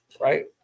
right